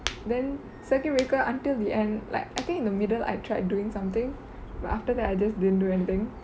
then circuit breaker until the end like I think in the middle I tried doing something but after that I just didn't do anything